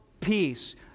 peace